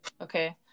okay